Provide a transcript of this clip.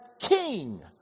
king